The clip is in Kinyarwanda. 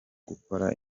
gukora